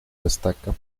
destaca